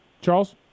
Charles